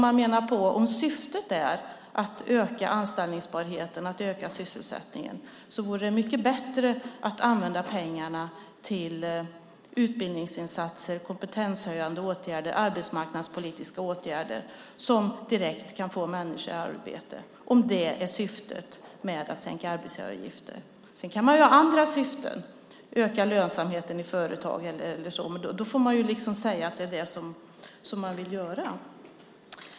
Man menar att om syftet är att öka anställningsbarheten och att öka sysselsättningen vore det mycket bättre att använda pengarna till utbildningsinsatser, kompetenshöjande åtgärder och arbetsmarknadspolitiska åtgärder som direkt kan få människor i arbete, om det är syftet med att sänka arbetsgivaravgifter. Sedan kan man ha andra syften, att öka lönsamheten i företag eller så. Men då får man säga att det är det som man vill göra.